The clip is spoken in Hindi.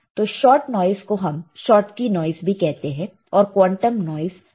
तो शॉट नॉइस को हम शॉटकी नॉइस भी कहते हैं और क्वांटम नॉइस भी कहते हैं